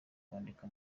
kwandika